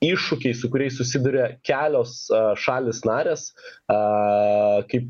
iššūkiai su kuriais susiduria kelios šalys narės a kaip